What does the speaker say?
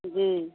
जी